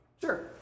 Sure